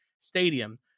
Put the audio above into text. stadium